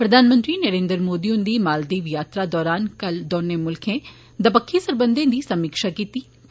प्रधानमंत्री नरेन्द्र मोदी हुन्दी मालदीव यात्रा दौरान कल दौनें मुल्खे दपक्खी सरबंधै दी समीक्षा कीत्ती